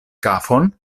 kafon